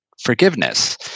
forgiveness